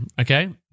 okay